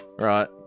right